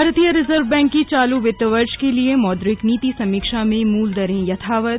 भारतीय reserve bank की चालू वित्त वर्ष के लिए मौद्रिक नीति समीक्षा में मूल दरें यथावत